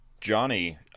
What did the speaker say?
Johnny